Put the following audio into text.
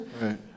Right